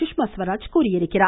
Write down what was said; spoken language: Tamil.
சுஷ்மா ஸ்வராஜ் தெரிவித்துள்ளார்